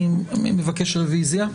אני מבקש רוויזיה.